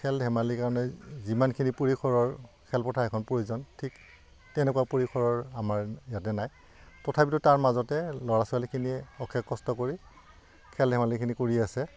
খেল ধেমালি কাৰণে যিমানখিনি পৰিসৰৰ খেলপথাৰ এখন প্ৰয়োজন ঠিক তেনেকুৱা পৰিসৰৰ আমাৰ ইয়াঁতে নাই তথাপিতো তাৰ মাজতে ল'ৰা ছোৱালীখিনিয়ে অশেষ কষ্ট কৰি খেল ধেমালিখিনি কৰি আছে